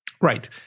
Right